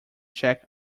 check